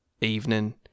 evening